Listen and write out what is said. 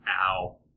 Ow